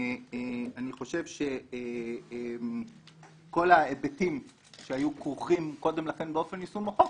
אני חושב שכל ההיבטים שהיו כרוכים קודם לכן באופן יישום החוק,